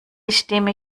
stimme